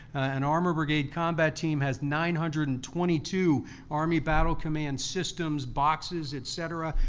an armored brigade combat team has nine hundred and twenty two army battle command systems, boxes, et cetera.